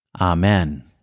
Amen